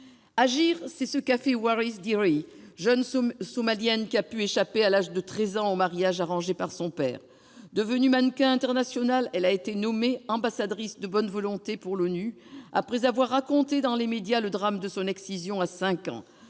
Agir, c'est ce qu'a fait Waris Dirie, jeune somalienne qui a pu échapper à l'âge de 13 ans au mariage arrangé par son père. Devenue mannequin international, elle a été nommée ambassadrice de bonne volonté pour l'ONU après avoir raconté dans les médias le drame de son excision à 5 ans.